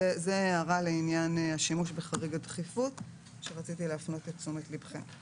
זאת הערה לעניין השימוש בחריג הדחיפות אליו רציתי להפנות את תשומת לבכם.